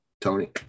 Tony